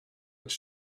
its